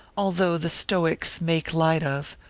although the stoics make light of,